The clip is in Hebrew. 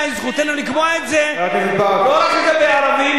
זכותנו לקבוע את זה לא רק לגבי ערבים,